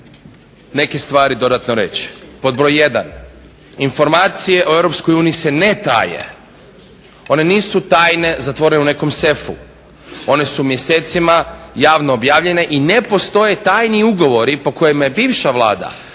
neke stvari dodatno reći. Pod broj jedan, informacije o EU se ne taje. One nisu tajne zatvorene u nekom sefu. One su mjesecima javno objavljene i ne postoje tajni ugovori po kojima je bivša vlada